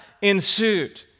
ensued